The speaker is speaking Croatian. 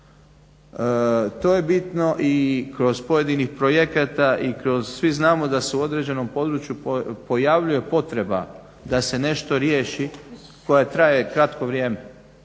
To je bitno i kroz pojedinih projekata i svi znamo da se u određenom području pojavljuje potreba da se nešto riješi koja traje kratko vrijeme.